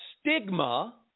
stigma